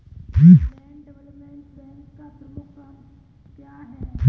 Land development bank का प्रमुख काम क्या है?